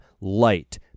light